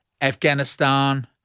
Afghanistan